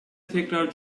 tekrar